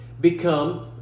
become